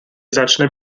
začne